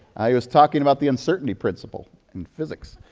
he was talking about the uncertainty principle in physics.